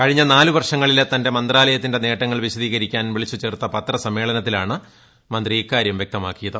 കഴിഞ്ഞ നാല് വർഷങ്ങളിലെ തന്റെ മന്ത്രാലയത്തിന്റെ നേട്ടങ്ങൾ വിശദീകരിക്കാൻ വിളിച്ച് ചേർത്ത് പത്രസമ്മേളനത്തിലാണ് മന്ത്രി ഇക്കാര്യം വൃക്തമാക്കിയത്